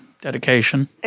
dedication